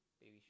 Baby